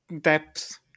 depth